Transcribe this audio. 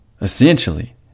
Essentially